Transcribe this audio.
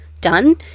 done